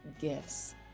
gifts